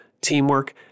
teamwork